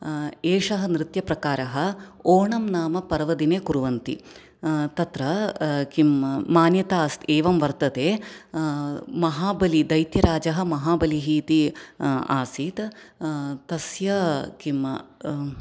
एषः नृत्यप्रकारः ओणं नाम पर्वदिने कुर्वन्ति तत्र किं मान्यता एवं वर्तते महाबलि दैत्यराजः महाबलिः इति आसीत् तस्य किं